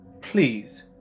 please